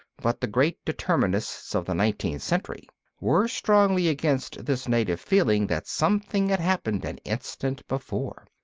but the great determinists of the nineteenth century were strongly against this native feeling that something had happened an instant before.